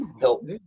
help